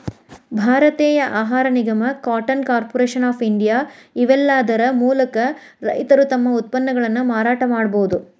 ಭಾರತೇಯ ಆಹಾರ ನಿಗಮ, ಕಾಟನ್ ಕಾರ್ಪೊರೇಷನ್ ಆಫ್ ಇಂಡಿಯಾ, ಇವೇಲ್ಲಾದರ ಮೂಲಕ ರೈತರು ತಮ್ಮ ಉತ್ಪನ್ನಗಳನ್ನ ಮಾರಾಟ ಮಾಡಬೋದು